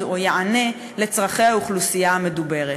או יענה על צורכי האוכלוסייה המדוברת,